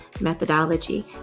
methodology